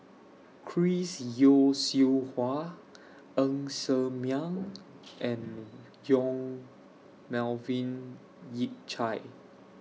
Chris Yeo Siew Hua Ng Ser Miang and Yong Melvin Yik Chye